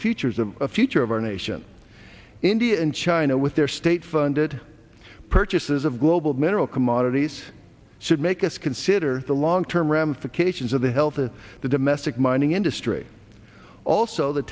features of the future of our nation india and china with their state funded purchases of global mineral commodities should make us consider the long term ramifications of the health of the domestic mining industry also the